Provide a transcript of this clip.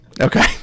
Okay